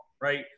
right